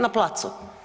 Na placu.